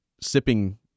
sipping